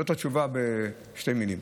זאת התשובה, בשתי מילים.